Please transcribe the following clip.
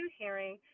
hearing